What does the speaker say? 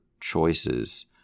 choices